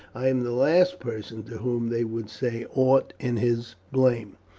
i am the last person to whom they would say aught in his blame.